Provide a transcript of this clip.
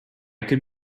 could